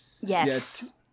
Yes